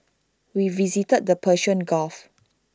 we visited the Persian gulf